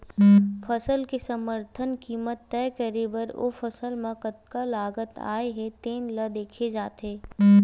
फसल के समरथन कीमत तय करे बर ओ फसल म कतका लागत आए हे तेन ल देखे जाथे